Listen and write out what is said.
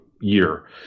year